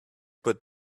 but